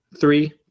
Three